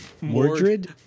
Mordred